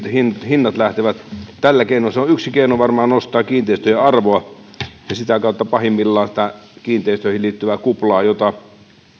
hinnat lähtevät tällä keinoin nousemaan se on yksi keino varmaan nostaa kiinteistöjen arvoa ja sitä kautta pahimmillaan sitä kiinteistöihin liittyvää kuplaa jota